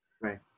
Right